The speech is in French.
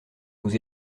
nous